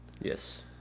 Yes